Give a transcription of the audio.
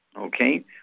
Okay